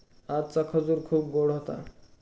आजचा खजूर खूप गोड होता